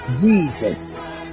Jesus